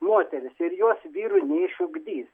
moterys ir jos vyrui neišugdys